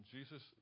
Jesus